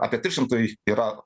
apie trys šimtai yra